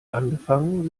angefangen